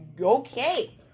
Okay